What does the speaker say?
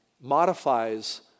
modifies